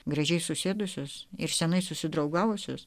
gražiai susėdusius ir senai susidraugavusius